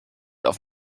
auf